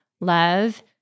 Love